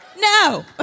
No